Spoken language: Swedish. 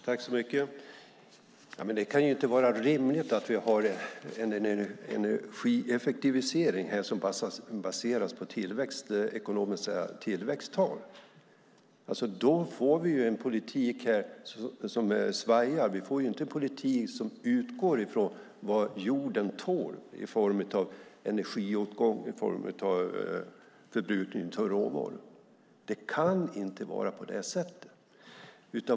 Herr talman! Det kan inte vara rimligt att vi har en energieffektivisering som baseras på ekonomiska tillväxttal. Då får vi en politik som svajar. Vi får inte en politik som utgår från vad jorden tål i form av energiåtgång och förbrukning av råvaror. Det kan inte vara på det sättet.